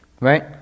Right